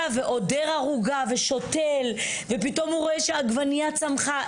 ועודר ערוגה ושותל ופתאום הוא רואה שעגבנייה צמחה.